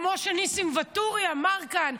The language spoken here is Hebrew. כמו שניסים ואטורי אמר כאן,